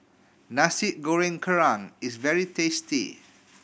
Nasi Goreng Kerang is very tasty